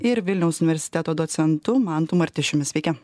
ir vilniaus universiteto docentu mantu martišiumi sveiki